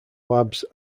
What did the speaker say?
labs